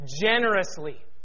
generously